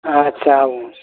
अच्छा आबू